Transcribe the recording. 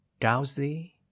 Drowsy